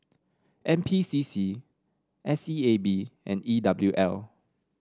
N P C C S E A B and E W L